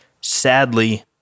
Sadly